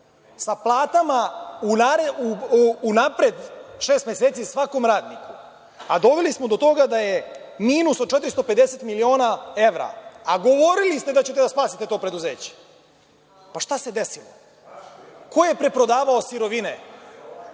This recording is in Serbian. sa platama unapred šest meseci svakom radniku, a doveli ste do toga da je minus od 450 miliona evra, iako ste govorili da ćete da spasete preduzeće. Šta se desilo? Ko je preprodavao sirovine?